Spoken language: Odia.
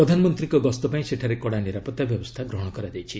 ପ୍ରଧାନମନ୍ତ୍ରୀଙ୍କ ଗସ୍ତ ପାଇଁ ସେଠାରେ କଡା ନିରାପତ୍ତା ବ୍ୟବସ୍ଥା ଗ୍ରହଣ କରାଯାଇଛି